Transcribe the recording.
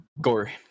Gore